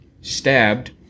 stabbed